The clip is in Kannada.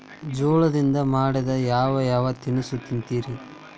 ಜೋಳದಿಂದ ಮಾಡಿದ ಯಾವ್ ಯಾವ್ ತಿನಸು ತಿಂತಿರಿ?